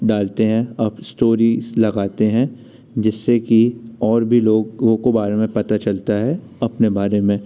डालते हैं अब स्टोरीस लगाते हैं जिससे कि और भी लोगों को बारे में पता चलता है अपने बारे में